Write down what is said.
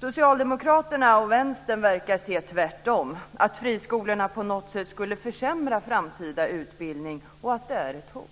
Socialdemokraterna och Vänstern verkar se det tvärtom, att friskolorna på något sätt skulle försämra den framtida utbildningen och att de är ett hot.